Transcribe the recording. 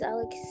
Alex